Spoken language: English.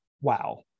wow